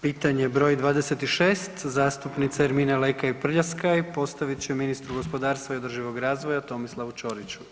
Pitanje broj 26 zastupnice Ermine Lekaj Prljaskaj, postavit će ministru gospodarstva i održivog razvoja Tomislavu Ćoriću.